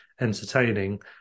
entertaining